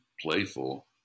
playful